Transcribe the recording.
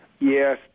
Yes